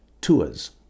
tours